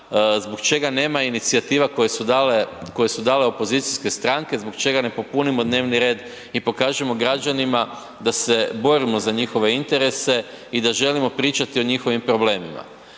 Zbog čega nema inicijativa koje su dale, koje su dale opozicijske stranke, zbog čega ne popunimo dnevni red i pokažemo građanima da se borimo za njihove interese i da želimo pričati o njihovim problemima.